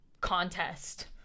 contest